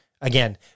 Again